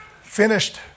finished